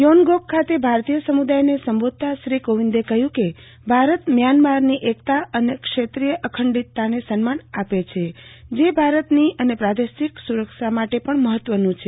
Yangon ખાતે ભારતીય સમુદાયને સંબોધતા શ્રી કોવિંદે કહ્યું કે ભારત મ્યાનમારની એકતા અને ક્ષેત્રીય અંખડિતતાને સન્માન આપે છે જે ભારતની અને પ્રાદેશિક સુરક્ષા માટે પણ મહત્વનું છે